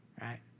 Right